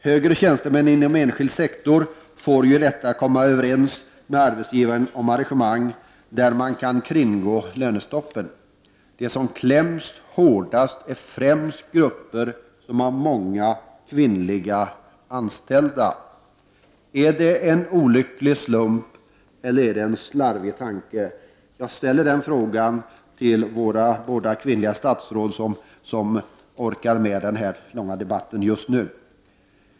Högre tjänstemän inom den enskilda sektorn har ju lättare att komma överens med arbetsgivaren om arrangemang där man kan kringgå lönestoppet. De som kläms åt hårdast är främst grupper som består av många kvinnliga anställda. Är detta en olycklig slump, eller beror det på att man tänkt slarvigt? Jag ställer den frågan till de båda kvinnliga statsråd som just nu finns i kammaren och orkar höra på den här långa debatten.